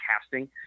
casting